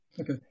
Okay